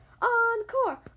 Encore